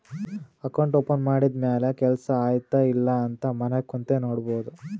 account open ಮಾಡಿದ ಮ್ಯಾಲ ಕೆಲ್ಸಾ ಆಯ್ತ ಇಲ್ಲ ಅಂತ ಮನ್ಯಾಗ್ ಕುಂತೆ ನೋಡ್ಬೋದ್